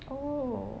oh